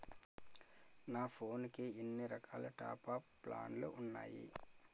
నా ఫోన్ కి ఎన్ని రకాల టాప్ అప్ ప్లాన్లు ఉన్నాయి?